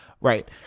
Right